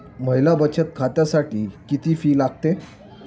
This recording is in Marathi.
महिला बचत खात्यासाठी किती फी लागते?